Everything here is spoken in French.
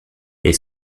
est